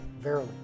Verily